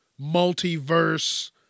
multiverse